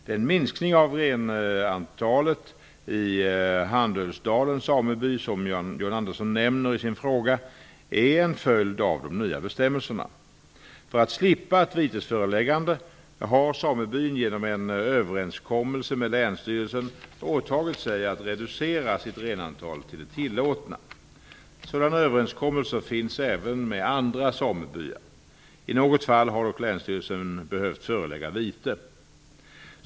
Den minskning av renantalet i Handölsdalens sameby som John Andersson nämner i sin fråga är en följd av de nya bestämmelserna. För att slippa ett vitesföreläggande har samebyn genom en överenskommelse med länsstyrelsen åtagit sig att reducera sitt renantal till det tillåtna. Sådana överenskommelser finns även med andra samebyar. I något fall har dock länsstyrelsen behövt förelägga vite.